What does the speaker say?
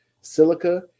Silica